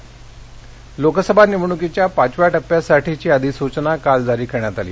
लोकसभा निवडणक लोकसभा निवडणुकीच्या पाचव्या टप्प्यासाठीची अधिसूचना काल जारी करण्यात आली